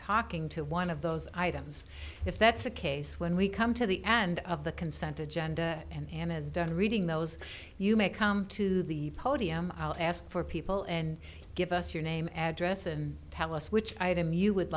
talking to one of those items if that's the case when we come to the end of the consent agenda and as done reading those you may come to the podium i'll ask for people and give us your name address and tell us which item you would